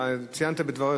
ציינת בדבריך.